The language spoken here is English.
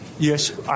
Yes